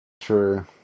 True